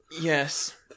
yes